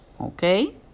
okay